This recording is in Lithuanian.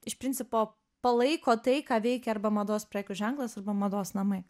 iš principo palaiko tai ką veikia arba mados prekių ženklas arba mados namai